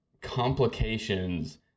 complications